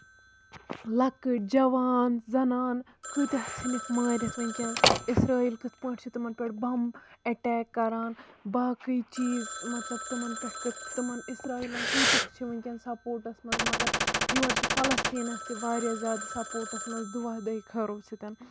لَکٕٹۍ جَوان زَناننہٕ کۭتیاہ ژھٕنِکھ مٲرِتھ وٕنکیٚنَس اِسرٲیِل کِتھ پٲٹھۍ چھُ تِمن پٮ۪ٹھ بَمب اٮ۪ٹریک کران باقٕے چیٖز مطلب تمَن پٮ۪ٹھ تمَن اسرایٖلَن کۭتیاہ چھِ وٕنکیٚن سَپوٹَس منٛز مَگر یورٕ چھُ فَلَستیٖنَس تہِ واریاہ زیادٕ سَپوٹَس منٛز دعا دۄیہِ خٲر سۭتۍ